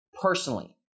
personally